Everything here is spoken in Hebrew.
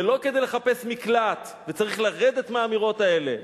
ולא כדי לחפש מקלט, וצריך לרדת מהאמירות האלה.